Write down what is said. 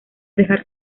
dejar